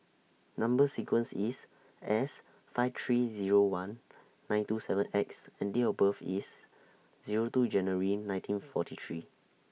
Number sequence IS S five three Zero one nine two seven X and Date of birth IS Zero two January nineteen forty three